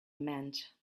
meant